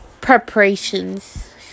preparations